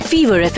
Fever